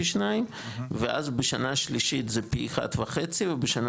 פי שניים ואז בשנה שלישית זה פי אחד וחצי ובשנה